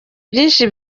byinshi